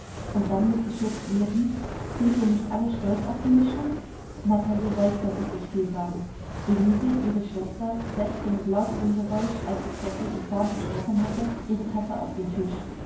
und dann mit geschürzten lippen sind wir nicht alle stolz auf die mischung natalie räusperte sich vielsagend elise ihre schwester setzte mit lauterem geräusch als es der guten form entsprochen hätte ihre tasse auf den tisch